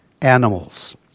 animals